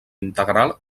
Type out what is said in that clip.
integral